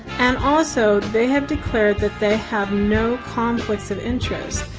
and also they have declared that they have no conflicts of interests.